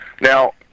Now